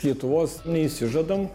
lietuvos neišsižadam